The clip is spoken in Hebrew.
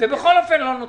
ובכל אופן לא נותנים.